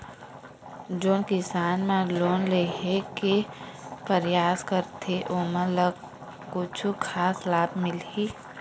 जोन किसान मन लोन लेहे के परयास करथें ओमन ला कछु खास लाभ मिलही?